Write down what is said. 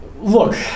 look